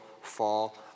fall